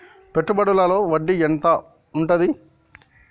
పెట్టుబడుల లో వడ్డీ ఎంత ఉంటది?